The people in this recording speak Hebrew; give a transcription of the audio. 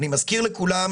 אני מזכיר לכולם,